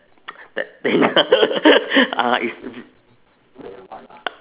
that thing uh it's